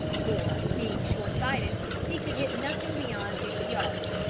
for, being short-sighted, he could hit nothing beyond fifty yards,